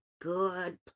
good